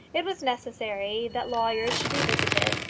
it was necessary that lawyers should be visited,